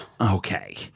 Okay